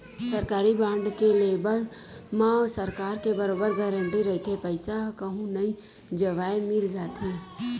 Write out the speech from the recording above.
सरकारी बांड के लेवब म सरकार के बरोबर गांरटी रहिथे पईसा ह कहूँ नई जवय मिल जाथे